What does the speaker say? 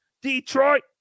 Detroit